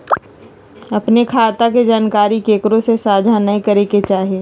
अपने खता के जानकारी केकरो से साझा नयय करे के चाही